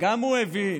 גם הוא הבין